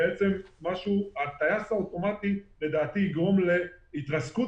הטייס האוטומטי לדעתי יגרום להתרסקות